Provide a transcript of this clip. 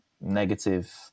negative